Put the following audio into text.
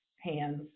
hands